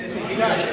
ימים.